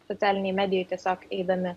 socialinėj medijoj tiesiog eidami